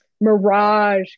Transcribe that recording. mirage